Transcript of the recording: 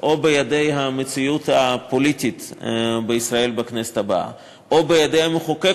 או בידי המציאות הפוליטית בישראל בכנסת הבאה או בידי המחוקק,